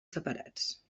separats